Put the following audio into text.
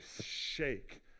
shake